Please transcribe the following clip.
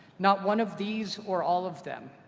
not one of these or all of them.